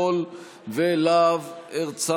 עידן רול ויוראי להב הרצנו,